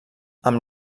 amb